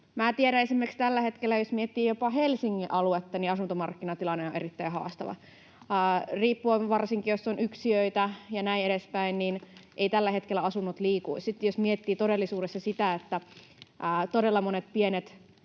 Tiedän esimerkiksi, että jos miettii jopa Helsingin aluetta, niin asuntomarkkinatilanne on tällä hetkellä erittäin haastava — riippuen varsinkin, jos on yksiöitä ja näin edespäin, ja eivät tällä hetkellä asunnot liiku. Sitten jos miettii todellisuudessa sitä, että todella monet pienet